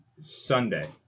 Sunday